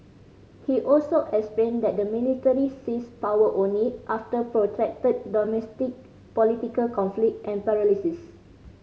he also explained that the military seized power only after protracted domestic political conflict and paralysis